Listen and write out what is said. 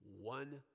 One